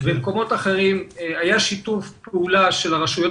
במקומות אחרים היה שיתוף פעולה של הרשויות